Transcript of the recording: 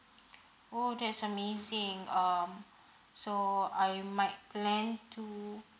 oh that's amazing um so I might plan to